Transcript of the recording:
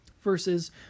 versus